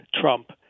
Trump